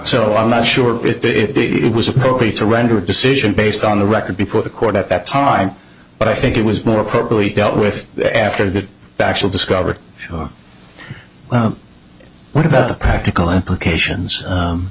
so i'm not sure if it was appropriate to render a decision based on the record before the court at that time but i think it was more properly dealt with after that actual discovered what about the practical implications